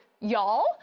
Y'all